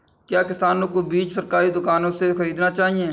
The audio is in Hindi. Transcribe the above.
क्या किसानों को बीज सरकारी दुकानों से खरीदना चाहिए?